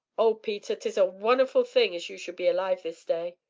oh, peter, tis a wonnerful thing as you should be alive this day!